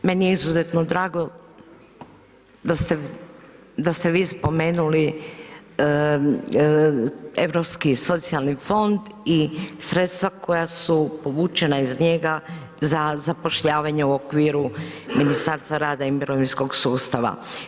Meni je izuzetno drago da ste vi spomenuli Europski socijalni fond i sredstva koja su povućena iz njega za zapošljavanje u okviru Ministarstva rata i mirovinskog sustava.